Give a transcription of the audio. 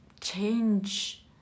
change